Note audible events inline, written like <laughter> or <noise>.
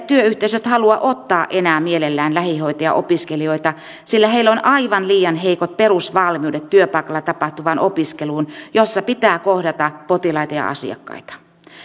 <unintelligible> työyhteisöt halua ottaa enää mielellään lähihoitajaopiskelijoita sillä heillä on aivan liian heikot perusvalmiudet työpaikalla tapahtuvaan opiskeluun jossa pitää kohdata potilaita ja asiakkaita